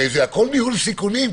הרי זה הכול ניהול סיכונים.